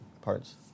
parts